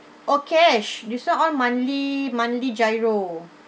oh cash this one all monthly monthly giro